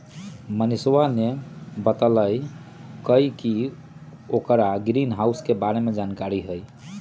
मनीषवा ने बतल कई कि ओकरा ग्रीनहाउस के बारे में जानकारी हई